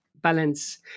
balance